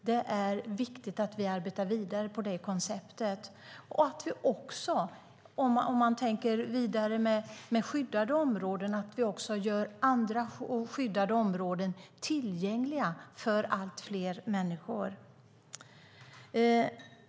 Det är viktigt att vi arbetar vidare med det konceptet. Det är viktigt att vi också gör andra skyddade områden tillgängliga för allt fler människor.